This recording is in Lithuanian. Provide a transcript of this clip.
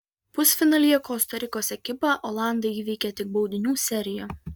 pusfinalyje kosta rikos ekipą olandai įveikė tik baudinių serija